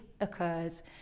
occurs